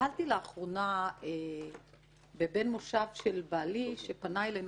נתקלתי לאחרונה בבן מושב של בעלי, שפנה אלינו.